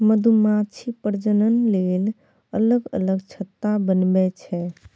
मधुमाछी प्रजनन लेल अलग अलग छत्ता बनबै छै